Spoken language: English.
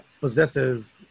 possesses